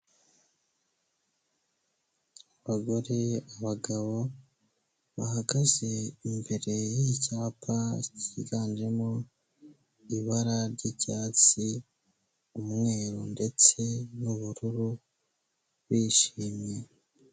Abagore, abagabo, bahagaze imbere y'icyapa kiganjemo ibara ry'icyatsi, umweru ndetse n'ubururu bishimye.